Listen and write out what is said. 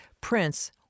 Prince